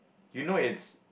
you know it's